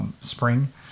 spring